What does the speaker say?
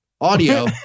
audio